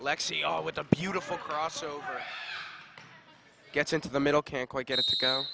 lexie all with a beautiful crossover gets into the middle can't quite get it